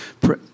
pray